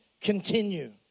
continue